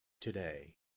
today